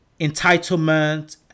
entitlement